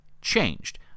changed